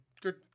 Good